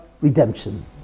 redemption